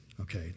okay